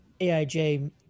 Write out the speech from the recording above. AIJ